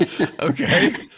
Okay